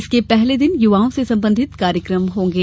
इसके पहले दिन युवाओं से संबंधित कार्यक्रम होंगे